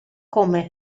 come